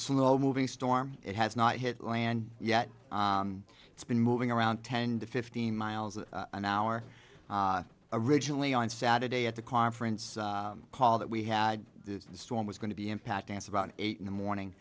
slow moving storm it has not hit land yet it's been moving around ten to fifteen miles an hour originally on saturday at the conference call that we had the storm was going to be impacting answer about eight in the